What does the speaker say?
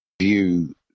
view